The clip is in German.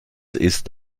ist